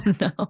no